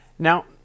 Now